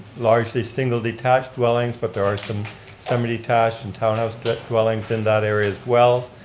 largely single detached dwellings but there are some semi-detached and townhouse dwellings in that area as well.